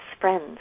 friends